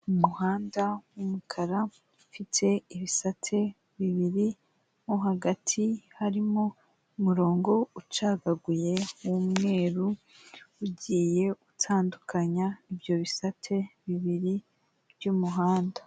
Umuhanda w'umukara ufite ibisate bibiri, mo hagati harimo umurongo ucagaguye w'umweru, ugiye utandukanya ibyo bisate bibiri by'umuhanda.